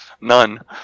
None